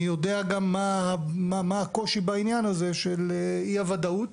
יודע גם מה הקושי בעניין הזה של אי הוודאות.